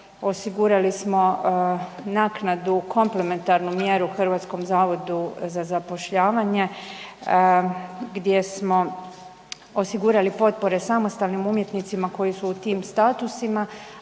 Osigurali smo naknadu komplementarnu mjeru Hrvatskom zavodu za zapošljavanje gdje smo osigurali potpore samostalnim umjetnicima koji su u tim statusima,